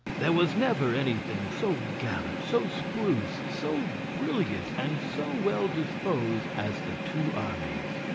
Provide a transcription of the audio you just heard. there was never anything so gallant, so spruce, so brilliant, and so well disposed as the two armies.